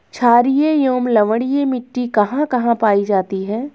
छारीय एवं लवणीय मिट्टी कहां कहां पायी जाती है?